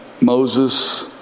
Moses